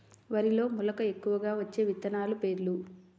వరిలో మెలక ఎక్కువగా వచ్చే విత్తనాలు పేర్లు?